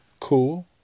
Cool